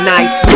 Nice